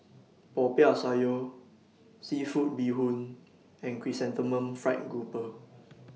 Popiah Sayur Seafood Bee Hoon and Chrysanthemum Fried Grouper